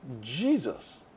Jesus